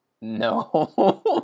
No